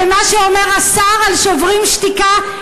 ומה שאומר השר על "שוברים שתיקה",